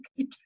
okay